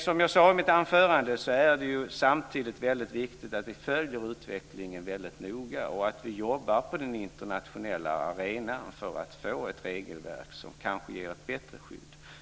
Som jag sade i mitt anförande är det samtidigt väldigt viktigt vi följer utvecklingen noga och att vi jobbar på den internationella arenan för att få ett regelverk som kanske ger ett bättre skydd.